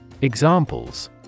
Examples